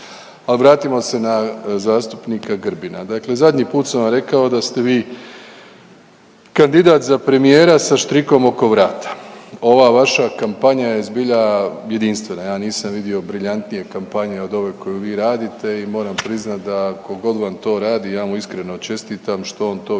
A vratimo se na zastupnika Grbina, dakle i zadnji put sam vam rekao da ste vi kandidat za premijera sa štrikom oko vrata. Ova vaša kampanja je zbilja jedinstvena, ja nisam vidio briljantnije kampanje od ove koju vi radite i moram priznat da tko god vam to radi, ja vam iskreno čestitam što on to više